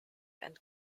and